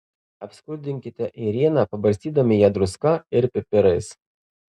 apskrudinkite ėrieną pabarstydami ją druska ir pipirais